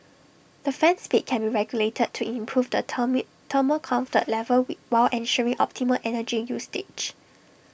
the fan speed can be regulated to improve the termite thermal comfort level with while ensuring optimal energy you stage